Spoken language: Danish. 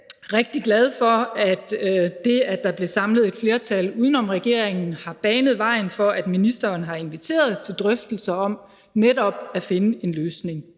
rigtig glad for, at det, at der blev samlet et flertal uden om regeringen, har banet vejen for, at ministeren har inviteret til drøftelser om netop at finde en løsning